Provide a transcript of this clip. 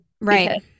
right